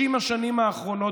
מה שקרה ב-30 השנים האחרונות,